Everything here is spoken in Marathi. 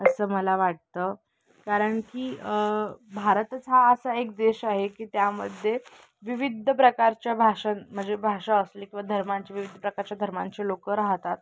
असं मला वाटतं कारण की भारतच हा असा एक देश आहे की त्यामध्ये विविध प्रकारच्या भाषा म्हणजे भाषा असली किंवा धर्मांचे विविध प्रकारच्या धर्मांचे लोक राहतात